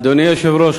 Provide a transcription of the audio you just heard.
אדוני היושב-ראש,